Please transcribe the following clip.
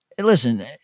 listen